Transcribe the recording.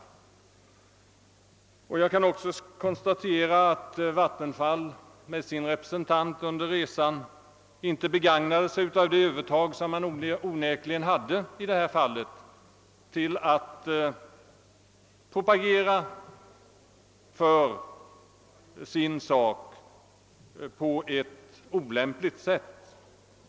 Jag kan också konstatera att vattenfallsverkets representant under resan inte begagnade det övertag som han onekligen hade i detta fall till att propagera för sin sak på ett olämpligt sätt.